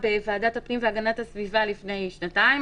בוועדת הפנים והגנת הסביבה לפני שנתיים,